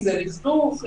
לכלוך,